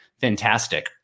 Fantastic